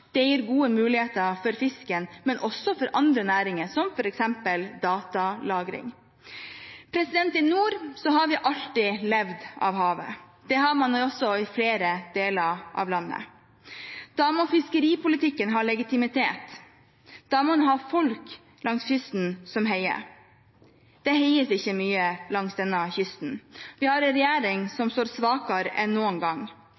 det gir gode muligheter for fisken, men også for andre næringer, som f.eks. datalagring. I nord har vi alltid levd av havet. Det har man også i flere deler av landet. Da må fiskeripolitikken ha legitimitet. Da må man ha folk langs kysten som heier. Det heies ikke mye langs denne kysten. Vi har en regjering som står svakere enn noen gang,